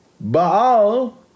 Baal